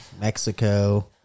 Mexico